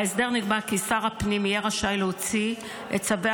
בהסדר נקבע כי שר הפנים יהיה רשאי להוציא את צווי